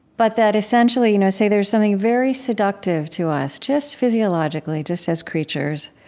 but that essentially you know, say there's something very seductive to us, just physiologically, just as creatures,